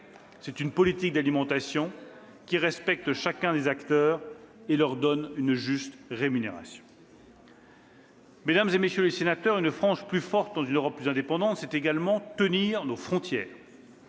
C'est une politique d'alimentation qui respecte chacun des acteurs et lui donne une juste rémunération. « Une France plus forte dans une Europe plus indépendante, c'est également tenir nos frontières.